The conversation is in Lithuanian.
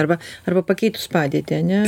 arba arba pakeitus padėtį ane